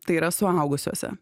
tai yra suaugusiuose